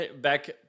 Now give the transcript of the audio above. back